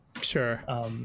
Sure